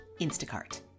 Instacart